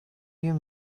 you